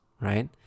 Right